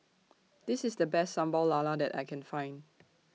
This IS The Best Sambal Lala that I Can Find